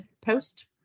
Post